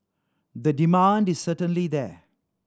the demand is certainly there